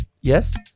yes